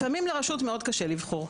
לפעמים לרשות מאוד קשה לבחור,